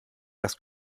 das